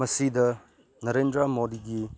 ꯃꯁꯤꯗ ꯅꯔꯦꯟꯗ꯭ꯔ ꯃꯣꯗꯤꯒꯤ